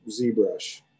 ZBrush